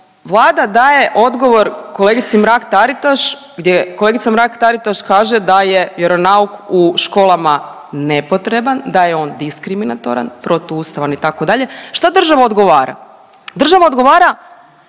Vlada daje odgovor kolegici Mrak-Taritaš gdje kolegica Mrak-Taritaš kaže da je vjeronauk u školama nepotreban, da je on diskriminator, protuustavan itd., šta država odgovara? Država odgovara